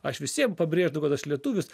aš visiem pabrėždavau kad aš lietuvis